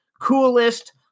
coolest